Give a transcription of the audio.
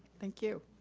thank you.